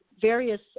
various